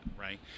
right